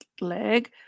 leg